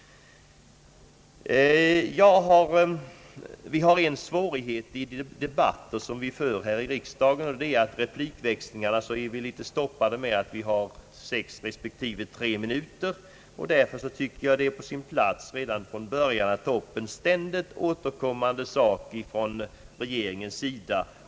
Vi har en svårighet i debatterna här 1 riksdagen. I replikväxlingarna blir vi nämligen stoppade av att repliktiden är sex respektive tre minuter. Därför tycker jag att det är på sin plats att redan från början ta upp en fråga som regeringen ständigt återkommer till.